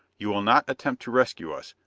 you will not attempt to rescue us,